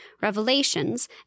revelations